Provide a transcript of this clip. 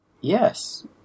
Yes